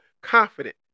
confident